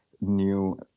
new